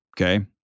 Okay